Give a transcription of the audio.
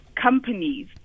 Companies